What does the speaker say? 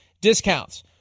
discounts